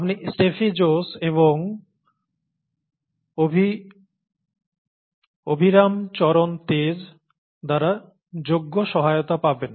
আপনি Steffi Jose এবং Abhiram Charan Tej দ্বারা যোগ্য সহায়তা পাবেন